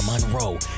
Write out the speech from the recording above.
Monroe